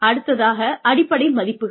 அடுத்ததாக அடிப்படை மதிப்புகள்